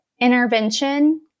intervention